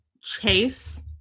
chase